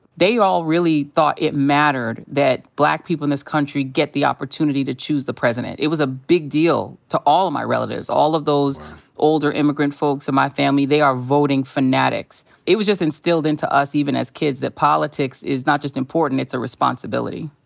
they all really thought it mattered that black people in this country get the opportunity to choose the president. it was a big deal to all my relatives. all of those older immigrant folks in my family, they are voting fanatics. it was just instilled into us even as kids that politics is not just important it's a responsibility.